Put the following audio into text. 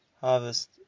harvest